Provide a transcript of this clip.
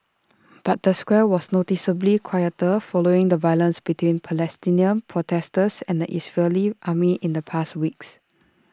but the square was noticeably quieter following the violence between Palestinian protesters and the Israeli army in the past weeks